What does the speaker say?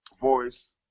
voice